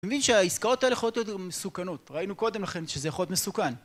מבין שהעסקאות האלה יכולות להיות מסוכנות, ראינו קודם לכן שזה יכול להיות מסוכן